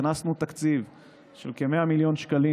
הכנסנו תקציב של כ-100 מיליוני שקלים,